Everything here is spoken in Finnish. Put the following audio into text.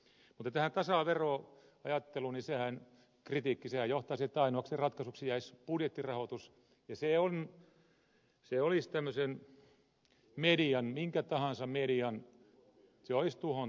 mutta tasaveroajattelusta lähtevä kritiikkihän johtaa siihen että ainoaksi ratkaisuksi jäisi budjettirahoitus ja se olisi tämmöisen median minkä tahansa median tuhon tie